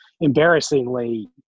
embarrassingly